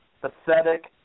pathetic